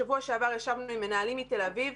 בשבוע שעבר ישבנו עם מנהלים מתל אביב,